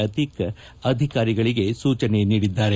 ಅತಿಕ್ ಅಧಿಕಾರಿಗಳಿಗೆ ಸೂಚನೆ ನೀಡಿದ್ದಾರೆ